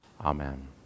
Amen